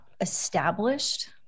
established